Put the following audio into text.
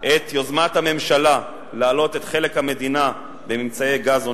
את יוזמת הממשלה להעלות את חלק המדינה בממצאי גז ונפט,